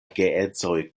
geedzoj